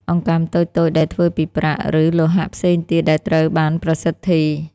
អង្កាំតូចៗដែលធ្វើពីប្រាក់ ឬលោហៈផ្សេងទៀតដែលត្រូវបានប្រសិទ្ធី។